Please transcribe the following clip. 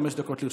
חמש דקות לרשותך.